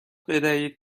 بدهید